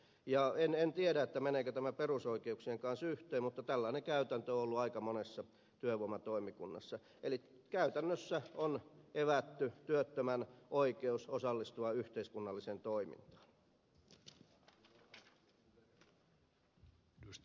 en tiedä meneekö tämä perusoikeuksien kanssa yhteen mutta tällainen käytäntö on ollut aika monessa työvoimatoimikunnassa eli käytännössä on evätty työttömän oikeus osallistua yhteiskunnalliseen toimintaan